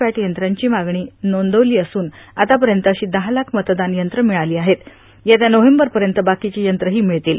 पॅट यंत्रांची मागणी नोदवली असून आतापर्यंत अशी दहा लाख मतदान यंत्र मिळाली आहेत येत्या नोव्हेंबरपर्यंत बाकीची यंत्रंही मिळतील